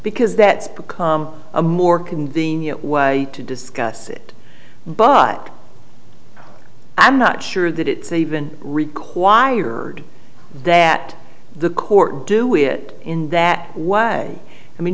because that's become a more convenient way to discuss it but i'm not sure that it's even require that the court do it in that way i mean